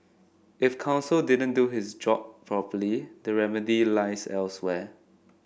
if counsel didn't do his job properly the remedy lies elsewhere